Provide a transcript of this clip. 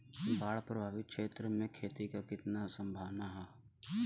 बाढ़ प्रभावित क्षेत्र में खेती क कितना सम्भावना हैं?